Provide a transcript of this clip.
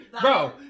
Bro